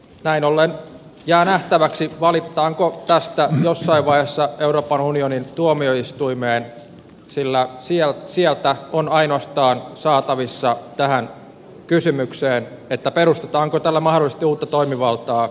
näin ollen jää nähtäväksi valitetaanko tästä jossain vaiheessa euroopan unionin tuomioistuimeen sillä ainoastaan sieltä on saatavissa tähän kysymykseen perustetaanko tällä mahdollisesti uutta toimivaltaa vastaus